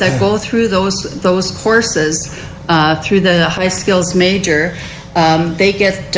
ah go through those those courses through the high skills major they get